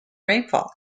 rainfall